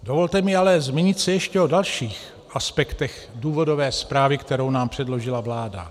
Dovolte mi ale zmínit se ještě o dalších aspektech důvodové zprávy, kterou nám předložila vláda.